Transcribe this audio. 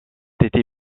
été